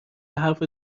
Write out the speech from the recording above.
حرفت